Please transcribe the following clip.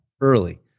early